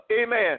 amen